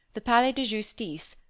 the palais de justice,